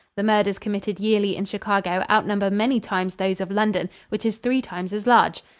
the murders committed yearly in chicago outnumber many times those of london, which is three times as large.